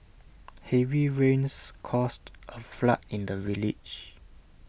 heavy rains caused A flood in the village